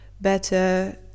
better